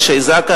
אנשי זק"א,